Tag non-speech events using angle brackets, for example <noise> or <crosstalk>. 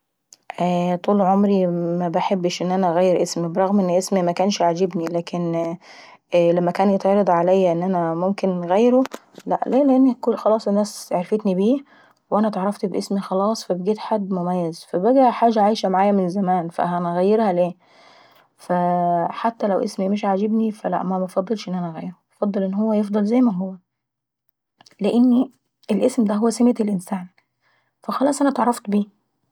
اييه طول عمري مش باحب نغير اسمي ع الرغم من ان كان اسمي مش عاجبني. لكن <hesitation> لما كان يتعرض عليا ان انا ممكن انغيروو لاء. ليه؟ لان انا كل الناس عرفتني بي، وانا اتعرفت بيه خلاص فبجيت حد مميز فبقى عايش معايا من زمان فهنغيرها ليه. <hesitation> حتى لو اسمي مش عاجبني منفضلش ان انا نغيره انفضل ان هو يفضل زي ما هو. لان الاسم دا سمة الانسان فخلاص انا اتعرفت بيه.